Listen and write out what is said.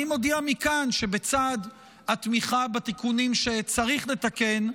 אני מודיע מכאן שבצד התמיכה בתיקונים שצריך לתקן,